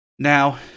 now